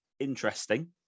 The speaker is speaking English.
Interesting